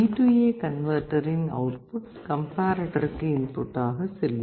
DA கன்வேர்டரின் output கம்பேர்ரேட்டருக்கு input ஆக செல்லும்